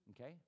Okay